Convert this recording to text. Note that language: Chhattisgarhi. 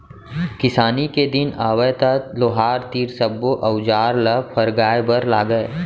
किसानी के दिन आवय त लोहार तीर सब्बो अउजार ल फरगाय बर लागय